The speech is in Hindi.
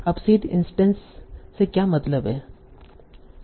अब सीड इंस्टैंस से क्या मतलब है